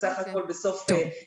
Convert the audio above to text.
בסך הכול הוא התמנה בסוף דצמבר.